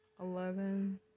eleven